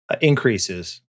increases